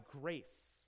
grace